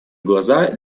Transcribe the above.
глаза